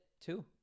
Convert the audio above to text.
Two